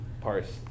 parse